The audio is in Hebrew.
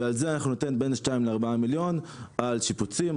ועל זה אנחנו ניתן בין 2-4 מיליון על שיפוצים,